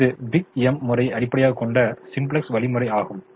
எனவே இது big M முறையை அடிப்படையாகக் கொண்ட சிம்ப்ளக்ஸ் வழிமுறை ஆகும்